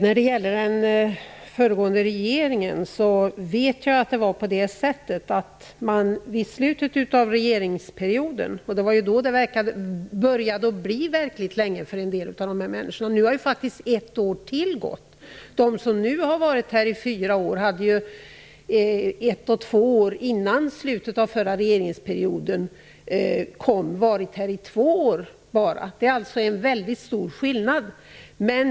Fru talman! Det var vid slutet av den föregående regeringens regeringsperiod som en del av dessa människor började ha varit här lång tid, och nu har det faktiskt gått ett år till. De som nu har varit här i fyra år hade ett till två år före slutet av den förra regeringsperioden varit här i bara två år. Det är en mycket stor skillnad.